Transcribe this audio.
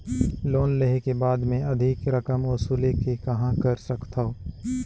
Loan लेहे के बाद मे अधिक रकम वसूले के कहां कर सकथव?